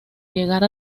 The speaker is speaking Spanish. llegar